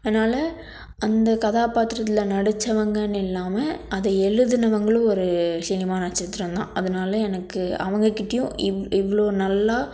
அதனால அந்த கதாபாத்திரத்தில் நடித்தவங்கன்னு இல்லாமல் அதை எழுதுனவங்களும் ஒரு சினிமா நட்சத்திரம் தான் அதனால எனக்கு அவங்கக்கிட்டேயும் இவ் இவ்வளோ நல்லா